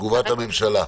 תגובת הממשלה.